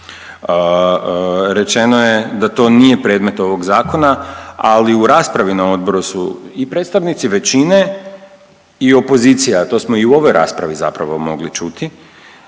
rečeno je da to nije predmet ovog Zakona, ali u raspravi na Odboru su i predstavnici većine i opozicija, a to smo i u ovoj raspravi zapravo mogli čuti,